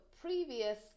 previous